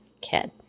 kid